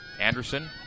Anderson